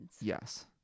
Yes